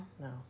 No